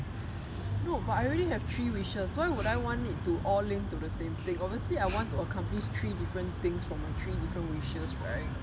no but I already have three wishes why would I want it to all link to the same thing obviously I want to accomplish three different things from my three different wishes right